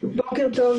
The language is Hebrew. בוקר טוב.